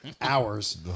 hours